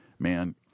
Man